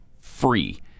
free